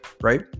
right